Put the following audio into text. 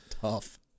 tough